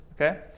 Okay